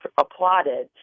applauded